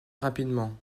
rapidement